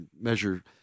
measure